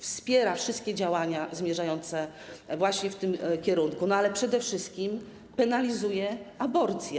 Wspiera wszystkie działania zmierzające właśnie w tym kierunku, ale przede wszystkim penalizuje aborcję.